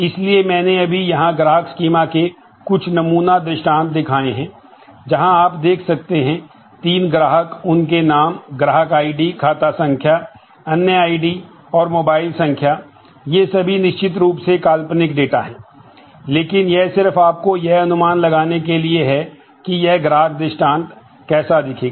इसलिए मैंने अभी यहां ग्राहक स्कीमा और मोबाइल संख्या ये सभी निश्चित रूप से काल्पनिक डेटा हैं लेकिन यह सिर्फ आपको यह अनुमान लगाने के लिए है कि यह ग्राहक दृष्टान्त कैसा दिखेगा